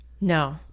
No